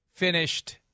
finished